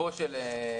בסופו של שמא-ומתן